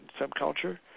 subculture